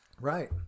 Right